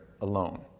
alone